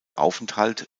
aufenthalt